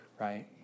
right